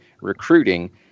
recruiting